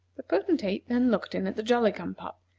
the potentate then looked in at the jolly-cum-pop,